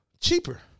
cheaper